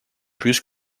plus